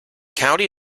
county